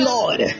Lord